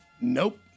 Nope